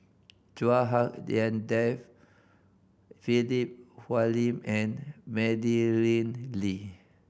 Chua Hak Lien Dave Philip Hoalim and Madeleine Lee